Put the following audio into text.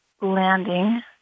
landing